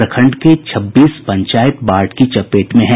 प्रखंड के छब्बीस पंचायत बाढ़ की चपेट में है